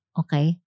okay